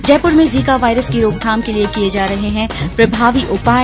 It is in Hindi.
जयपुर में जीका वायरस की रोकथाम के लिए किये जा रहे है प्रभावी उपाय